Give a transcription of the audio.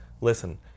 Listen